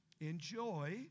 enjoy